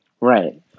Right